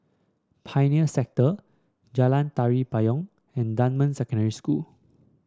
Pioneer Sector Jalan Tari Payong and Dunman Secondary School